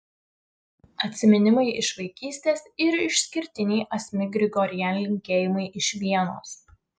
atsiminimai iš vaikystės ir išskirtiniai asmik grigorian linkėjimai iš vienos